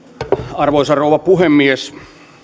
arvoisa rouva puhemies